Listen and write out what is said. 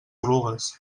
oluges